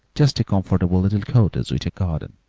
just a comfortable little cottage with a garden,